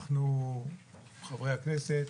אנחנו חברי הכנסת,